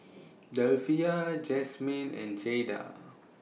Delphia Jasmin and Jaida